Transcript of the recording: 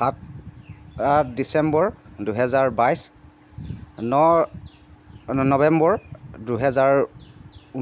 সাত আত ডিচেম্বৰ দুহেজাৰ বাইছ ন নৱেম্বৰ দুহেজাৰ